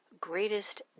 greatest